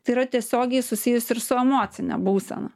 tai yra tiesiogiai susijusi ir su emocine būsena